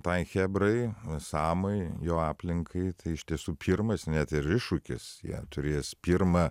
tai chebrai samui jo aplinkai tai iš tiesų pirmas net ir iššūkis jie turės pirmą